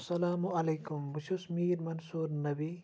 السلامُ عَلَیکُم بہٕ چھُس میر مَنصور نبی